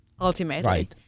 ultimately